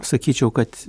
sakyčiau kad